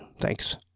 thanks